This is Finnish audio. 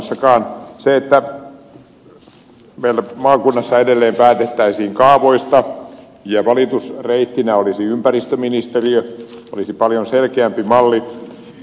se että meillä maakunnassa edelleen päätettäisiin kaavoista ja valitusreittinä olisi ympäristöministeriö olisi paljon selkeämpi malli